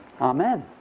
Amen